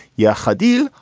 yeah. hadia.